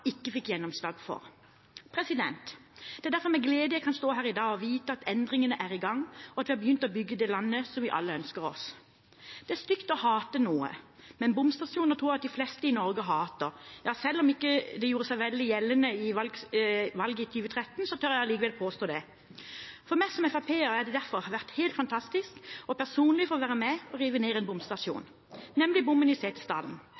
ikke fikk gjennomslag for. Det er derfor med glede jeg kan stå her i dag og vite at endringene er i gang, og at vi har begynt å bygge det landet som vi alle ønsker oss. Det er stygt å hate noe, men bomstasjoner tror jeg de fleste i Norge hater. Ja, selv om det ikke gjorde seg veldig gjeldende i valget i 2013, tør jeg likevel påstå det. For meg som FrP-er har det derfor vært helt fantastisk personlig å få være med og rive ned en